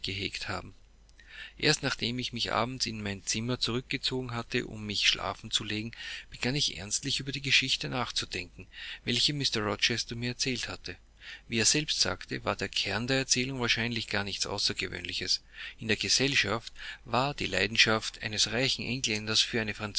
gehegt haben erst nachdem ich mich abends in mein zimmer zurückgezogen hatte um mich schlafen zu legen begann ich ernstlich über die geschichte nachzudenken welche mr rochester mir erzählt hatte wie er selbst sagte war der kern der erzählung wahrscheinlich gar nichts außergewöhnliches in der gesellschaft war die leidenschaft eines reichen engländers für eine